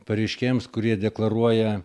pareiškėjams kurie deklaruoja